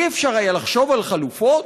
אי-אפשר היה לחשוב על חלופות?